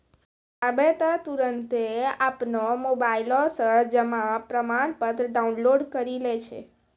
आबै त तुरन्ते अपनो मोबाइलो से जमा प्रमाणपत्र डाउनलोड करि लै छै